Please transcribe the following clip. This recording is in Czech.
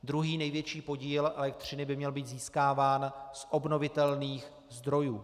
Druhý největší podíl elektřiny by měl být získáván z obnovitelných zdrojů.